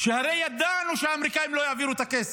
שהרי ידענו שהאמריקאים לא יעבירו את הכסף,